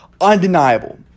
undeniable